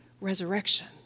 resurrection